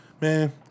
man